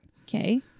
Okay